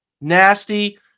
nasty